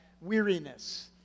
weariness